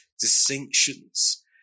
distinctions